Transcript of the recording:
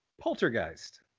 Poltergeist